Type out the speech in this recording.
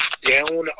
down